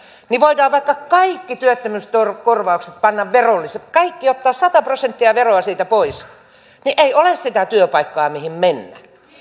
niin voidaan vaikka kaikki työttömyyskorvaukset panna verollisiksi ottaa kaikki sata prosenttia veroa siitä pois niin ei ole sitä työpaikkaa mihin mennä